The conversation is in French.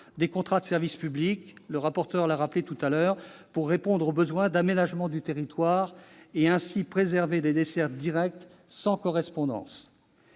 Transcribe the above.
des contrats de service public- M. le rapporteur l'a rappelé précédemment -pour répondre aux besoins d'aménagement du territoire et, ainsi, préserver des dessertes directes, sans correspondance.